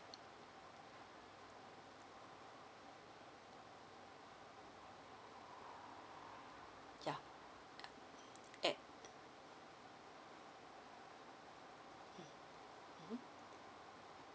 ya eh mm mmhmm